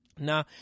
Now